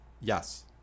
Yes